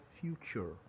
future